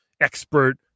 expert